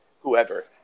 whoever